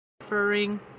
Referring